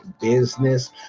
business